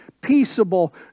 peaceable